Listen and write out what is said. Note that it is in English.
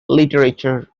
literature